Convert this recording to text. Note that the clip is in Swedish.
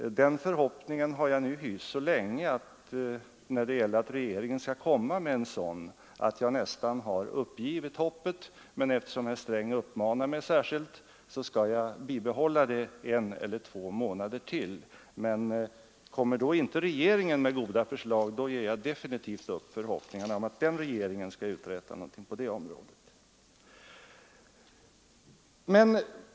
Jag har så länge hyst förhoppningen att regeringen skall föra en sådan bostadspolitik att jag nästan har gett upp hoppet. Men eftersom herr Sträng särskilt uppmanar mig skall jag bibehålla det hoppet en eller två månader ytterligare. Har inte regeringen till dess kommit med goda förslag, då ger jag definitivt upp förhoppningen om att den sittande regeringen skall kunna uträtta någonting på det området.